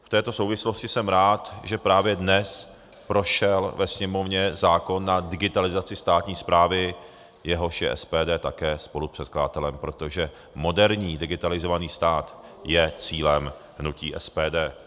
V této souvislosti jsem rád, že právě dnes prošel ve Sněmovně zákon na digitalizaci státní správy, jehož je SPD také spolupředkladatelem, protože moderní digitalizovaný stát je cílem hnutí SPD.